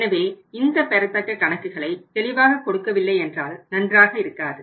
எனவே இந்த பெறத்தக்க கணக்குகளை தெளிவாக கொடுக்கவில்லை என்றால் நன்றாக இருக்காது